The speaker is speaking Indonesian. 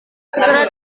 segera